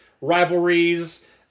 rivalries